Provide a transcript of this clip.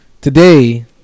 today